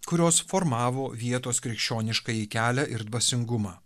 kurios formavo vietos krikščioniškąjį kelią ir dvasingumą